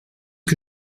que